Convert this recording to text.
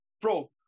Bro